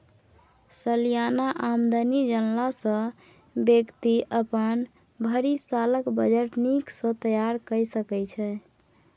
सलियाना आमदनी जनला सँ बेकती अपन भरि सालक बजट नीक सँ तैयार कए सकै छै